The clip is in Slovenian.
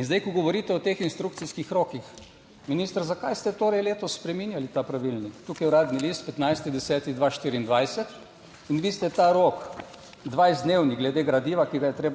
In zdaj, ko govorite o teh instrukcijskih rokih, minister, zakaj ste torej letos spreminjali ta pravilnik? Tukaj je Uradni list 15. 10. 2024 in vi ste ta rok, 20-dnevni, glede gradiva, ki ga je